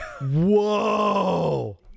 Whoa